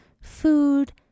food